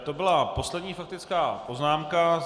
To byla poslední faktická poznámka.